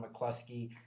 McCluskey